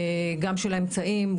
גם של האמצעים,